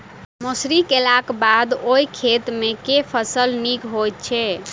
मसूरी केलाक बाद ओई खेत मे केँ फसल नीक होइत छै?